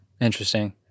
Interesting